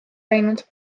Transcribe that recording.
läinud